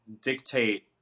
dictate